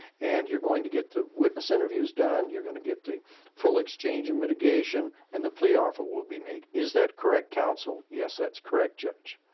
and you're going to get the witness interviews done, you're going to get the full exchange of mitigation, and the plea offer will be made. is that correct, counsel? yes, that's correct, judge.